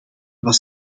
was